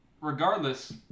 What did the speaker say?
Regardless